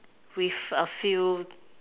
with a few